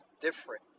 different